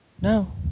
No